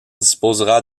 disposera